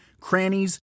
crannies